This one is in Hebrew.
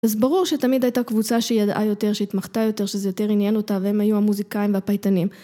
אז ברור שתמיד הייתה קבוצה שהיא ידעה יותר, שהיא התמחתה יותר, שזה יותר עניין אותה והם היו המוזיקאים והפייטנים.